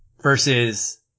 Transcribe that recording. Versus